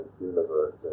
universe